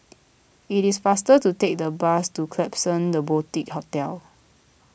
it is faster to take the bus to Klapsons the Boutique Hotel